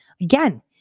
Again